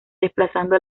desplazando